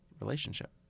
relationship